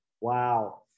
wow